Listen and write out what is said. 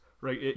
Right